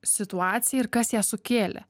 situaciją ir kas ją sukėlė